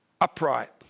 upright